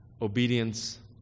obedience